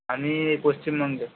আমি এই পশ্চিমবঙ্গের